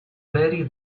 bury